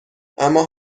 اما